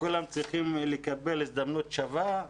וכולם צריכים לקבל הזדמנות שווה.